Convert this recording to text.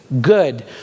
good